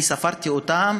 אני ספרתי אותם